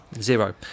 Zero